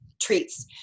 treats